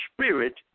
Spirit